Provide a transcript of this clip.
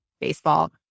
Baseball